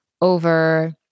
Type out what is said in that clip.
over